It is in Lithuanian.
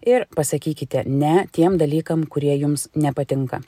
ir pasakykite ne tiem dalykam kurie jums nepatinka